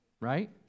right